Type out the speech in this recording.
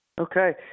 Okay